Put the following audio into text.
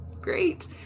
Great